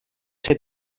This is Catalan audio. ser